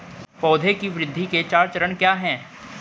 पौधे की वृद्धि के चार चरण क्या हैं?